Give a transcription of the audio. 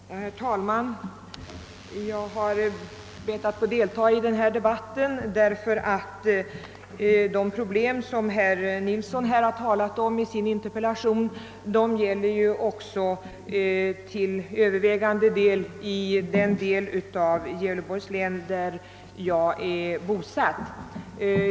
Herr talman! Jag har begärt ordet i denna debatt därför att de problem, som herr Nilsson i Östersund har berört i sin interpellation, i stor utsträckning också förefinnes i den del av Gävleborgs län där jag är bosatt.